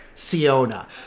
Siona